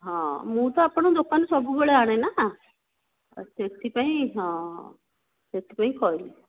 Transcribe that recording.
ହଁ ମୁଁ ତ ଆପଣଙ୍କ ଦୋକାନରୁ ସବୁବେଳେ ଅଣେନା ସେହିଥିପାଇଁ ହଁ ସେଥିପାଇଁ କହିଲି